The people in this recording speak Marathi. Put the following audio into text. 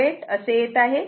08 असे येत आहे